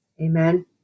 Amen